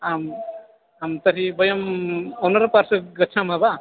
आं आं तर्हि वयम् ओनर् पार्श्वे गच्छामः वा